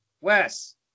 Wes